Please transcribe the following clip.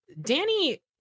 Danny